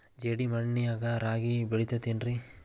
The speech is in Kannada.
ಜೇಡಿ ಮಣ್ಣಾಗ ರಾಗಿ ಬೆಳಿತೈತೇನ್ರಿ?